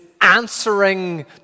answering